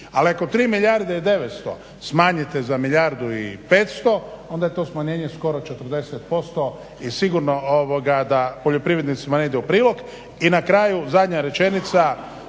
Ali ako 3 milijarde i 900 smanjite za milijardu i 500 onda je to smanjenje skoro 40% i sigurno da poljoprivrednicima ne ide u prilog. I na kraju zadnja rečenica,